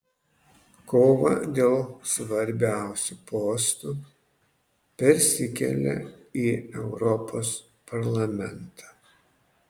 kova dėl svarbiausių postų persikelia į europos parlamentą